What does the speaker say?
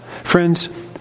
Friends